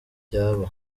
byaba